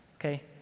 Okay